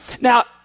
Now